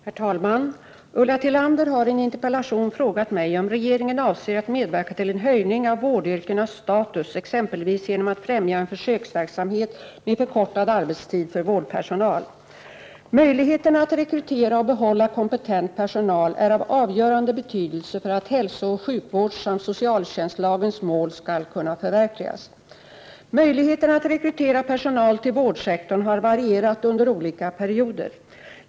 Herr talman! Ulla Tillander har i en interpellation frågat mig om regeringen avser att medverka till en höjning av vårdyrkenas status exempelvis genom att främja en försöksverksamhet med förkortad arbetstid för vårdpersonal. Möjligheterna att rekrytera och behålla kompetent personal är av avgörande betydelse för att hälsooch sjukvårdssamt socialtjänstlagens mål skall kunna förverkligas. Möjligheterna att rekrytera personal till vårdsektorn har varierat under olika perioder.